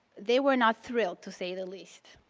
they were not thrilled to say the least,